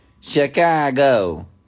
Chicago